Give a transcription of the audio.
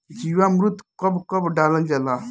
जीवामृत कब कब डालल जाला?